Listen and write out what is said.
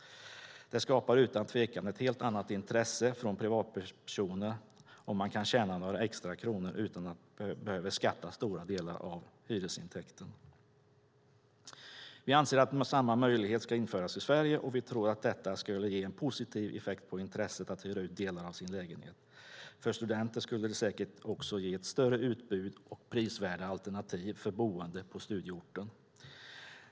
Det skapar utan tvekan ett helt annat intresse från privatpersoner om man kan tjäna några extra kronor utan att behöva skatta för stora delar av hyresintäkten. Vi anser att samma möjlighet ska införas i Sverige, och vi tror att det skulle ge en positiv effekt på intresset att hyra ut delar av lägenheter. För studenter skulle det säkert också ge ett större utbud och prisvärda alternativ för boende på studieorten.